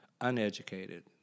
uneducated